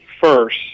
first